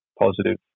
positive